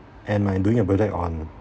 and I'm doing a project on